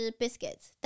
biscuits